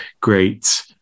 great